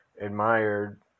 admired